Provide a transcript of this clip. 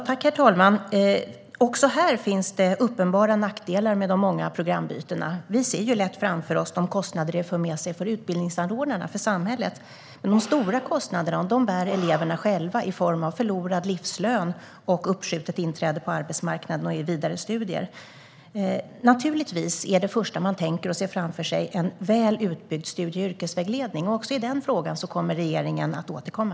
Herr talman! Det finns uppenbara nackdelar också med de många programbytena. Vi ser lätt framför oss de kostnader det för med sig för utbildningsanordnarna, för samhället. Men de stora kostnaderna bär eleverna själva i form av förlorad livslön och ett uppskjutet inträde på arbetsmarknaden och i vidare studier. Naturligtvis är det första man tänker på och ser framför sig en väl utbyggd studie och yrkesvägledning. Också i den frågan kommer regeringen att återkomma.